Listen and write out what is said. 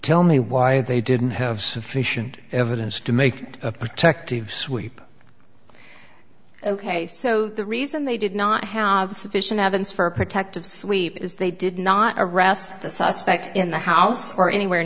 tell me why they didn't have sufficient evidence to make a protective sweep ok so the reason they did not have sufficient evidence for a protective sweep is they did not arrest the suspect in the house or anywhere